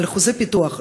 על חוזה פיתוח,